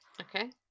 Okay